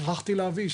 שכחתי להביא,